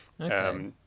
Okay